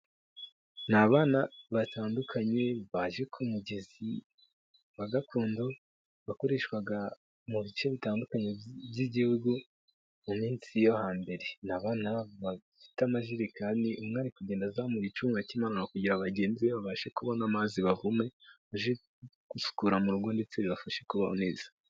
Ni abana batandukanye baje ku mugezi wa gakondo wakoreshwaga mu bice bitandukanye by'igihugu mu minsi yo hambere, ni abana bafite amajerekani umwe ari kugenda azamura icuma akimanura kugira bagenzi be babashe kubona amazi bavome baje gusukura mu rugo ndetse bibafashe kubaho neza.